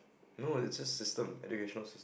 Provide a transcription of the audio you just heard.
no it's just system educational sys~